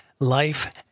life